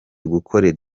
gukorera